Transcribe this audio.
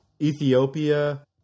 Ethiopia